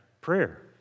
prayer